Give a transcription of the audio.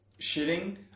shitting